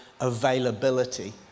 availability